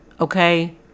okay